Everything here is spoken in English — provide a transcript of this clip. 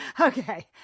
Okay